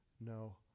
no